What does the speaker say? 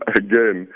again